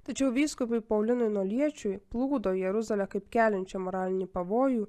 tačiau vyskupui paulinui noliečiui plūdo jeruzalę kaip keliančią moralinį pavojų